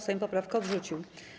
Sejm poprawkę odrzucił.